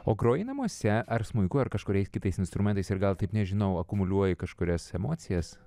o groji namuose ar smuiku ar kažkuriais kitais instrumentais ir gal taip nežinau akumuliuoji kažkurias emocijas